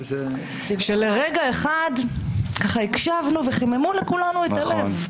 שלרגע אחד ככה הקשבנו וחיממו לכולנו את הלב,